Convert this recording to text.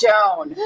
Joan